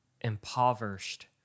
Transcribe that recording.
impoverished